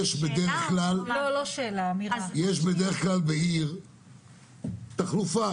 בדרך כלל בעיר יש תחלופה